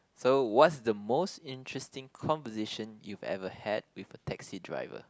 so what's the most interesting conversation you've ever had with a taxi driver